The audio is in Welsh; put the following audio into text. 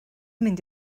mynd